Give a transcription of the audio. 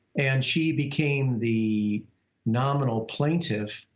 and she became the nominal plaintiff.